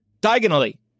Diagonally